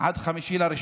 עד 5 בינואר.